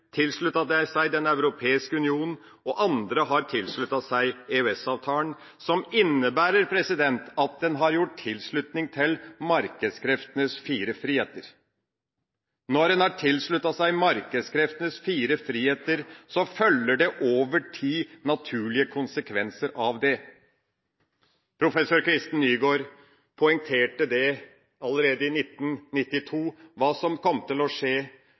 Den europeiske union, og andre har tilsluttet seg EØS-avtalen, som innebærer at en har tilsluttet seg markedskreftenes fire friheter. Når en har tilsluttet seg markedskreftenes fire friheter, følger det over tid naturlige konsekvenser av det. Professor Kristen Nygaard poengterte allerede i 1992 hva som kom til å skje.